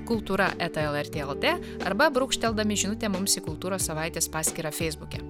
kultūra eta lrt lt arba brūkšteldami žinutę mums į kultūros savaitės paskyrą feisbuke